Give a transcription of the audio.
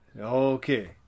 Okay